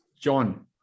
John